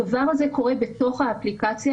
הדבר הזה קורה בתוך האפליקציה,